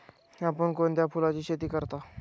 आपण कोणत्या फुलांची शेती करता?